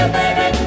baby